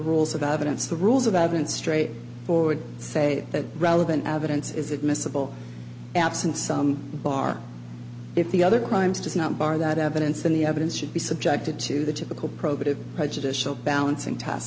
rules of evidence the rules of evidence straight forward say that relevant evidence is admissible absent some bar if the other crimes does not bar that evidence then the evidence should be subjected to the typical probative prejudicial balancing tast